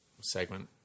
segment